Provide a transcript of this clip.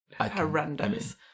horrendous